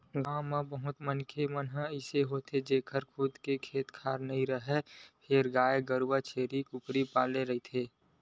गाँव म बहुत मनखे मन अइसे होथे जेखर खुद के खेत खार नइ राहय फेर गाय गरूवा छेरीया, कुकरी पाले रहिथे